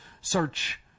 Search